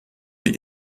die